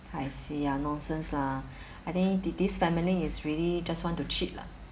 I see ah nonsense lah I think this this family is really just want to cheat lah